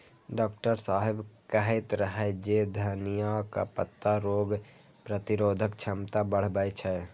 doctor साहेब कहैत रहै जे धनियाक पत्ता रोग प्रतिरोधक क्षमता बढ़बै छै